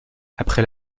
après